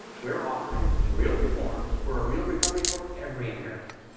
we're offering real reforms for a real recovery for every american.